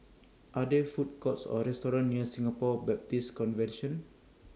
Are There Food Courts Or restaurants near Singapore Baptist Convention